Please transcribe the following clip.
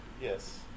yes